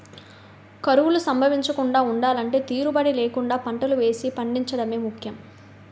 కరువులు సంభవించకుండా ఉండలంటే తీరుబడీ లేకుండా పంటలు వేసి పండించడమే ముఖ్యం